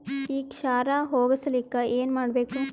ಈ ಕ್ಷಾರ ಹೋಗಸಲಿಕ್ಕ ಏನ ಮಾಡಬೇಕು?